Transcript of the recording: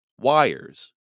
Wires